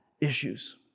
issues